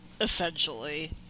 Essentially